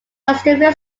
extremely